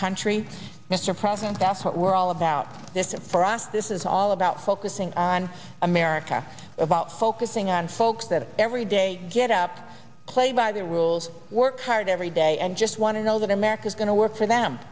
country mr president that's what we're all about this is for us this is all about focusing on america about focusing on folks that every day get up play by the rules work hard every day and just want to know that america is going to work for them